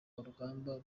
uruganda